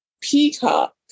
Peacock